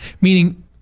Meaning